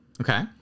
okay